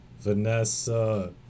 Vanessa